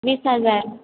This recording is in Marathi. वीस हजार